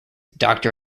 doctor